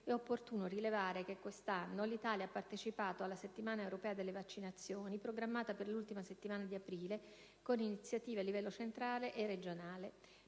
è opportuno rilevare che quest'anno l'Italia ha partecipato alla Settimana europea delle vaccinazioni, programmata per l'ultima settimana di aprile, con iniziative previste a livello centrale e regionale.